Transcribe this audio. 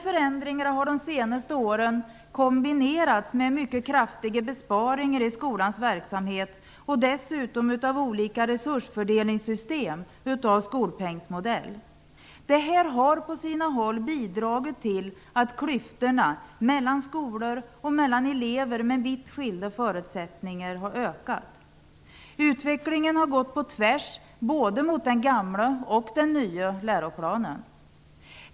Förändringarna har de senaste åren kombinerats med mycket kraftiga besparingar i skolans verksamhet och med olika resursfördelningssystem av skolpengsmodell. Detta har, på sina håll, bidragit till att öka klyftorna mellan skolor och elever med vitt skilda förutsättningar. Utvecklingen har gått på tvärs mot både den gamla och den nya läroplanen.